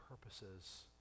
purposes